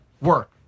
work